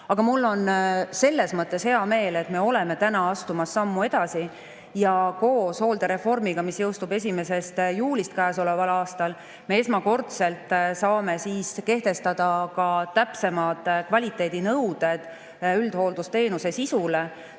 Aga mul on selles mõttes hea meel, et me oleme täna astumas sammu edasi ja koos hooldereformiga, mis jõustub 1. juulist käesoleval aastal, me esmakordselt saame kehtestada täpsemad kvaliteedinõuded üldhooldusteenuse sisu